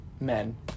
Men